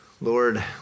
Lord